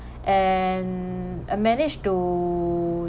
and I managed to